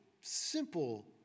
simple